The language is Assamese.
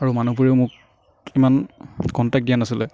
আৰু মানুহবোৰেও মোক ইমান কণ্টেক্ট দিয়া নাছিলে